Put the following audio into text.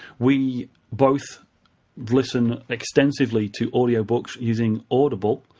we both listen extensively to audiobooks using audible,